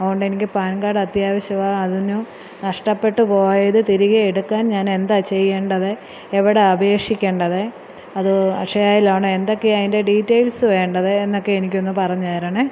അതൊണ്ട് എനിക്ക് PAN card അത്യാവിശവാ അതിനു നഷ്ടപെട്ട് പോയത് തിരികെ എടുക്കാൻ ഞാൻ എന്താണ് ചെയ്യേണ്ടത് എവടാ അപേഷിക്കേണ്ടത് അത് അക്ഷയയിലാണോ എന്തൊക്കെയാണ് അയിൻ്റെ ഡീറ്റെയിൽസ് വേണ്ടത് എന്നൊക്കെ എനിക്ക് ഒന്ന് പറഞ്ഞു തരണേ